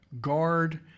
guard